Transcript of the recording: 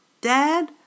Dad